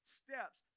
steps